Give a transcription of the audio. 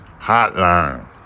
hotline